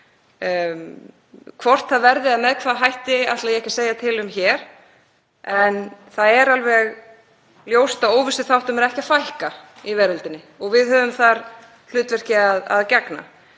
Hvort það verði eða með hvaða hætti ætla ég ekki að segja til um hér. En það er alveg ljóst að óvissuþáttum er ekki að fækka í veröldinni og við höfum þar hlutverki að gegna.